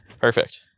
Perfect